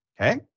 okay